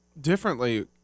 differently